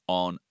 on